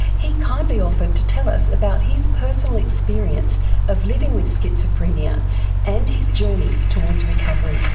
he kindly offered to tell us about his personal experience of living with schizophrenia and his journey towards recovery.